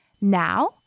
Now